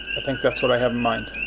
i think that's what i have in mind.